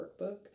Workbook